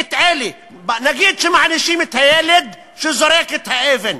נגיד שמענישים את הילד שזורק את האבן,